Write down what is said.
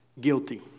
Guilty